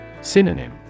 Synonym